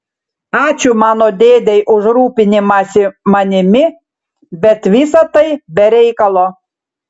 ačiū mano dėdei už rūpinimąsi manimi bet visa tai be reikalo